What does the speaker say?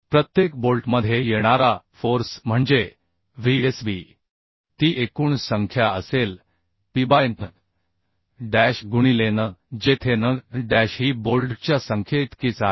प्रत्येक बोल्टमध्ये येणारा फोर्स म्हणजे Vsb ती एकूण संख्या असेल Pबाय n डॅश गुणिले n जेथे n डॅश ही बोल्टच्या संख्येइतकीच आहे